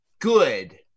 good